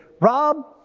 Rob